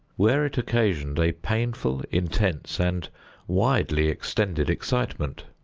where it occasioned a painful, intense, and widely-extended excitement.